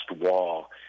Wall